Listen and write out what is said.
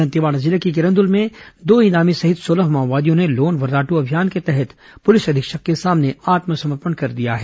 दंतेवाड़ा जिले के किरंदुल में दो इनामी सहित सोलह माओवादियों ने लोन वर्राटू अभियान के तहत पुलिस अधीक्षक के सामने आत्मसमर्पण कर दिया है